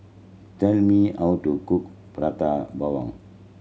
tell me how to cook Prata Bawang